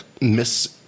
Miss